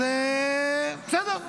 אז בסדר,